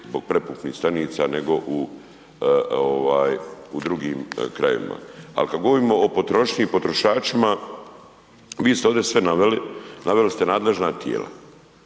prepumpnih stanica nego u ovaj u drugim krajevima. Al kad govorimo o potrošnji i potrošačima, vi ste ovdje sve naveli, naveli ste nadležna tijela